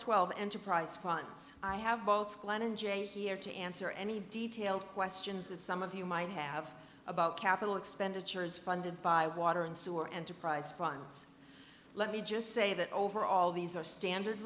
twelve enterprise fronts i have both glenn and jane here to answer any detailed questions that some of you might have about capital expenditures funded by water and sewer enterprise fronts let me just say that overall these are standard